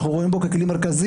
ואנחנו רואים בו כלי מרכזי,